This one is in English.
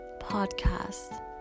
podcast